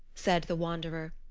said the wanderer.